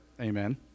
Amen